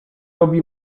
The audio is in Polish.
robi